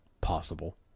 Possible